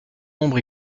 nombre